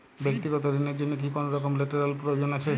ব্যাক্তিগত ঋণ র জন্য কি কোনরকম লেটেরাল প্রয়োজন আছে?